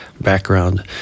background